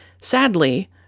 Sadly